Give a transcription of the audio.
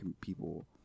people